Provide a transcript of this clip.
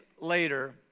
later